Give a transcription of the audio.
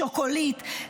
שוקולית,